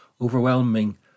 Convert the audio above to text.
overwhelming